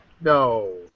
no